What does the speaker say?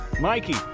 Mikey